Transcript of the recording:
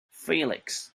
felix